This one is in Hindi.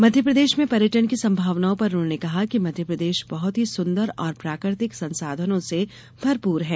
मध्यप्रदेश में पर्यटन की संभावनाओं पर उन्होंने कहा कि मध्यप्रदेश बहत ही सुन्दर और प्राकृतिक संसाधनों से भरपूर हैं